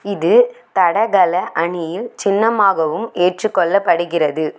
இது தடகள அணியின் சின்னமாகவும் ஏற்றுக்கொள்ளப்படுகிறது